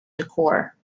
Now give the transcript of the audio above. decor